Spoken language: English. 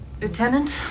Lieutenant